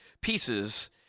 pieces